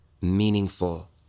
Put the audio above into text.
meaningful